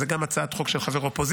זה גם הצעת חוק של חבר אופוזיציה,